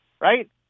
right